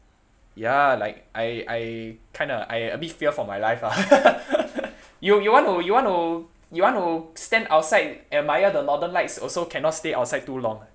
ya like I I kinda I a bit fear for my life ah you you want to you want to you want to stand outside admire the northern lights also cannot stay also outside too long ah